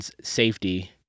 safety